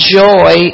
joy